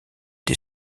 des